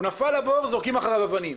הוא נפל לבור, זורקים אחריו אבנים.